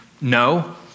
no